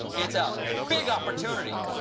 it's a big opportunity.